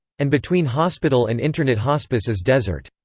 and between hospital and internat-hospice is desert.